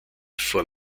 vor